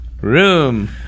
Room